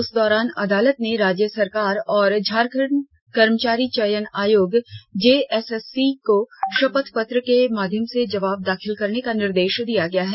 इस दौरान अदालत ने राज्य सरकार और झारखंड कर्मचारी चयन आयोग जेएसएससी को शपथ पत्र के माध्यम से जवाब दाखिल करने का निर्देश दिया है